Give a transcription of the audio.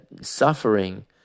suffering